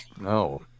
No